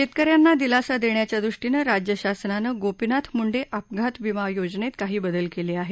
शेतक यांना दिलासा देण्याच्यादृष्टीनं राज्य शासनानं गोपीनाथ मुंडे अपघात विमा योजनेत काही बदल केले आहेत